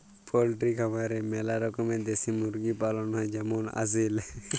poultry খামারে ম্যালা রকমের দেশি মুরগি পালন হ্যয় যেমল আসিল